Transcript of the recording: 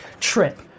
trip